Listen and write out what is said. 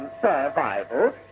survival